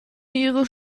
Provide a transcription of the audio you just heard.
ihre